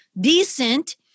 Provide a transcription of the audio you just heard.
decent